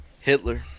Hitler